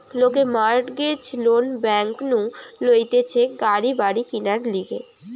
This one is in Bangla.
লোকে মর্টগেজ লোন ব্যাংক নু লইতেছে গাড়ি বাড়ি কিনার লিগে